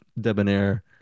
debonair